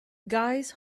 guys